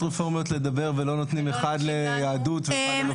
רפורמיות מדברות ולא נותנים אחד ליהדות ואחד לרפורמים?